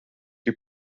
que